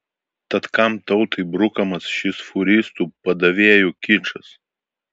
tad kam tautai brukamas šis fūristų padavėjų kičas